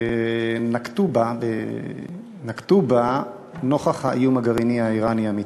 נקטו נוכח האיום הגרעיני האיראני המתהווה.